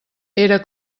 era